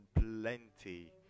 plenty